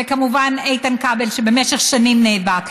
וכמובן, איתן כבל, שבמשך שנים נאבק.